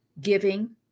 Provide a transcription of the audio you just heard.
giving